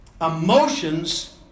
emotions